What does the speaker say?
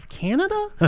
Canada